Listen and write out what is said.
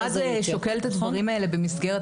המכרז שוקל את הדברים האלה במסגרת,